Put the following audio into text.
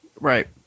Right